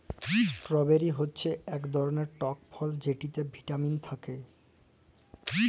strawberry হচ্যে ইক ধরলের টক ফল যেটতে ভিটামিল থ্যাকে